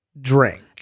drink